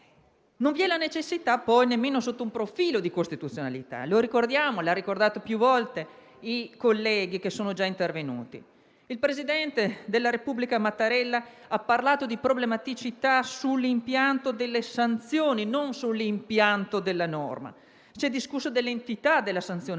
decreto. La necessità, poi, non c'è nemmeno sotto un profilo di costituzionalità. Ricordiamo - come hanno fatto più volte i colleghi che sono già intervenuti - che il Presidente della Repubblica Mattarella ha parlato di problematicità sull'impianto delle sanzioni, e non sull'impianto della norma. Si è discusso dell'entità della sanzione